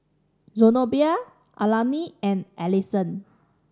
Zenobia Alani and Allison